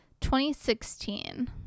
2016